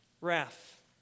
Wrath